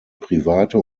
private